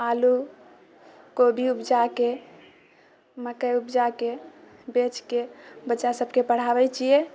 आलू कोबी उपजाके मकई उपजाके बेचके बच्चा सभकेँ पढ़ाबै छियै